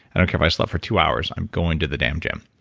i don't care if i slept for two hours. i'm going to the damn gym.